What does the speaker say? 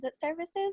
services